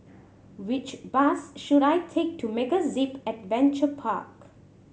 which bus should I take to MegaZip Adventure Park